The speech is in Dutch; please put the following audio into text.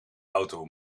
auto